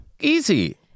easy